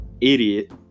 idiot